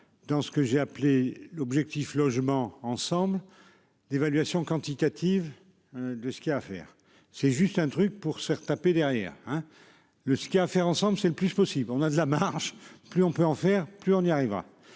dans ce que j'ai appelé l'objectif logement ensemble. D'évaluation quantitative. De ce qu'il a à faire, c'est juste un truc pour se retaper derrière hein le ski à faire ensemble, c'est le plus possible, on a de la marge, plus on peut en faire plus, on y arrivera